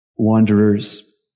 Wanderers